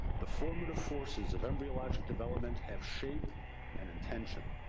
the formative forces of embryologic development have shape and intention.